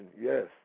Yes